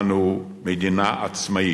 אנו מדינה עצמאית,